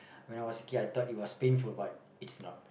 when I was a kid I thought it was painful but it's not